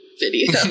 video